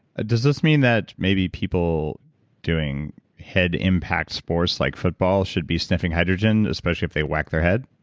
does this mean that maybe people doing head impact sports like football should be sniffing hydrogen, especially if they whack their head?